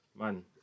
man